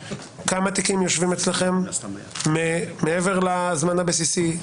כמה תיקים יושבים אצלכם מעבר לזמן הבסיסי,